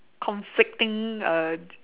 conflicting err